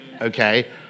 Okay